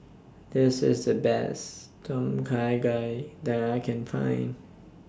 This IS The Best Tom Kha Gai that I Can Find